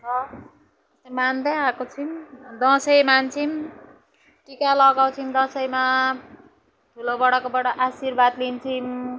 छ मान्दैआएको छौँ दसैँ मान्छौँ टिका लगाउँछौँ दसैँमा ठुलोबडाकोबाट आशीर्वाद लिन्छौँ